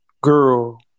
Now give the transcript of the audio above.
girl